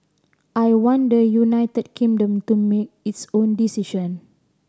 I want the United Kingdom to make its own decision